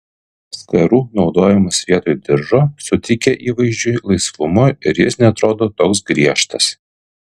skarų naudojimas vietoj diržo suteikia įvaizdžiui laisvumo ir jis neatrodo toks griežtas